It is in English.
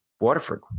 Waterford